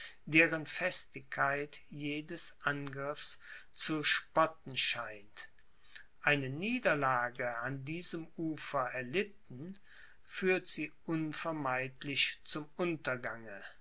deren festigkeit jedes angriffs zu spotten scheint eine niederlage an diesem ufer erlitten führt sie unvermeidlich zum untergange